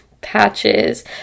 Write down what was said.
patches